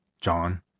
John